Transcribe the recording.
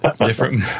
different